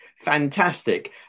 Fantastic